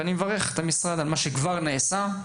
ואני מברך את המשרד על מה שכבר נעשה.